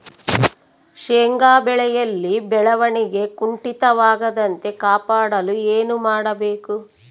ಶೇಂಗಾ ಬೆಳೆಯಲ್ಲಿ ಬೆಳವಣಿಗೆ ಕುಂಠಿತವಾಗದಂತೆ ಕಾಪಾಡಲು ಏನು ಮಾಡಬೇಕು?